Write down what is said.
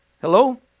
Hello